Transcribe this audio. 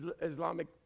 Islamic